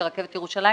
קלה ירושלים,